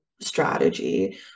strategy